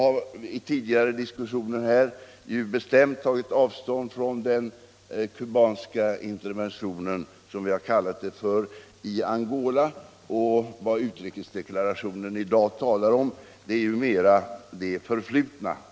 Jag har i tidigare diskussioner här i kammaren bestämt tagit avstånd från den kubanska interventionen, som vi har kallat det, i Angola och vad utrikesdeklarationen i dag talar om är ju mera det förflutna.